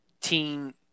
team